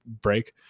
break